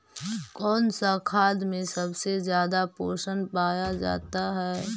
कौन सा खाद मे सबसे ज्यादा पोषण पाया जाता है?